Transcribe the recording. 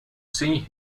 see